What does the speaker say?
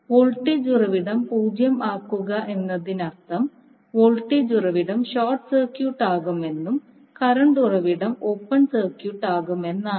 voltage ഉറവിടം 0 ആക്കുക എന്നതിനർത്ഥം വോൾട്ടേജ് ഉറവിടം ഷോർട്ട് സർക്യൂട്ട് ആകുമെന്നും കറണ്ട് ഉറവിടം ഓപ്പൺ സർക്യൂട്ട് ആകുമെന്നാണ്